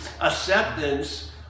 acceptance